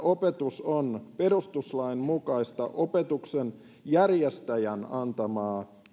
opetus on perustuslain mukaista opetuksen järjestäjän antamaa